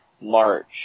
March